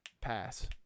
Pass